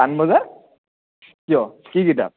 পানবজাৰ কিয় কি কিতাপ